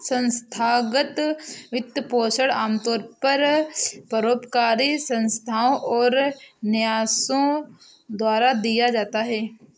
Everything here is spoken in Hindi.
संस्थागत वित्तपोषण आमतौर पर परोपकारी संस्थाओ और न्यासों द्वारा दिया जाता है